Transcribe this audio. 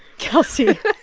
kelsey.